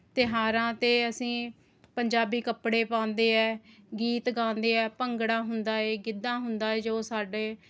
ਤਿਉਹਾਰਾਂ 'ਤੇ ਅਸੀਂ ਪੰਜਾਬੀ ਕੱਪੜੇ ਪਾਉਂਦੇ ਹੈ ਗੀਤ ਗਾਉਂਦੇ ਹੈ ਭੰਗੜਾ ਹੁੰਦਾ ਹੈ ਗਿੱਧਾ ਹੁੰਦਾ ਹੈ ਜੋ ਸਾਡੇ